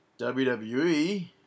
WWE